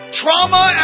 trauma